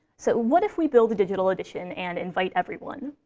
so what if we build a digital edition and invite everyone?